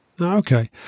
Okay